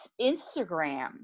Instagram